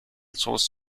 source